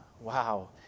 wow